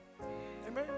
Amen